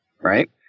right